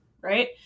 right